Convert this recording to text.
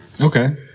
Okay